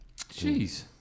jeez